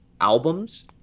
albums